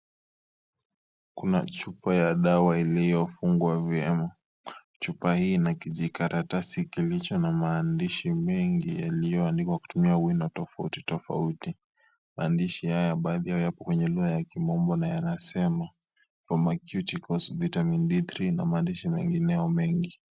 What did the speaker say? Kuna chupa ya dawa iliyofungwa vyema. Chupa hii ina kijiaratasi kilicho na maandishi mengi yaliyoandikwa kutumia wino tofautitofauti. Maandishi haya, baadhi yao yako kwenye kugha ya kimombo na yanasema for my cuticles, Vitamin D3 na maandishi mengine mengi.